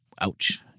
Ouch